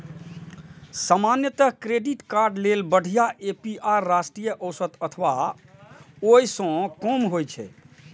सामान्यतः credit card लेल बढ़िया ए.पी.आर राष्ट्रीय औसत अथवा ओइ सं कम होइ छै